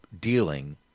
dealing